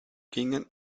gingen